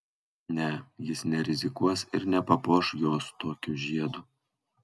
ne jis nerizikuos ir nepapuoš jos tokiu žiedu